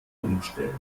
umstellen